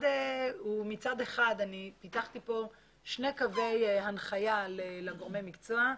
מצד אחד פיתחתי כאן שני קווי הנחיה לגורמי המקצוע.